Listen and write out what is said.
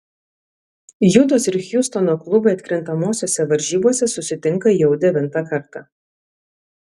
jutos ir hjustono klubai atkrintamosiose varžybose susitinka jau devintą kartą